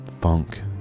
funk